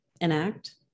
enact